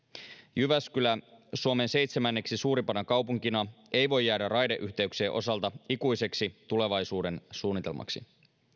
jyväskylä suomen seitsemänneksi suurimpana kaupunkina ei voi jäädä raideyhteyksien osalta ikuiseksi tulevaisuuden suunnitelmaksi